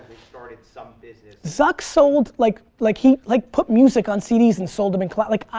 started some business. zuck sold, like, like he like put music on cd's and sold them in cla like,